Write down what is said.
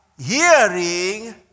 Hearing